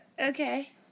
Okay